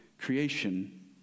creation